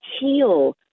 heal